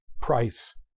price